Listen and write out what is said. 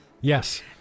Yes